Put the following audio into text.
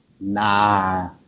Nah